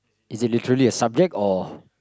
is it literally a subject or